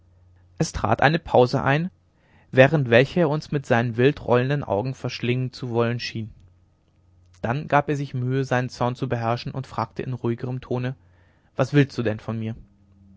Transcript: es trat eine pause ein während welcher er uns mit seinen wild rollenden augen verschlingen zu wollen schien dann gab er sich mühe seinen zorn zu beherrschen und fragte in ruhigerem tone was willst du denn von mir